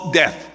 death